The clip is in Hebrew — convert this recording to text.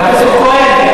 חבר הכנסת כהן,